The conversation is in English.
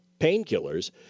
painkillers